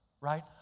right